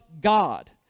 God